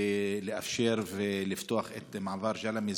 לאפשר לפתוח את מעבר ג'למה.